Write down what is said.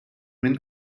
minn